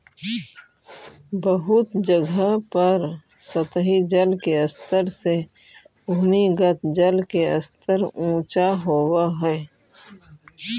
बहुत जगह पर सतही जल के स्तर से भूमिगत जल के स्तर ऊँचा होवऽ हई